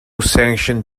sanctioned